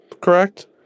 correct